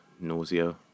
nausea